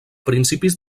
principis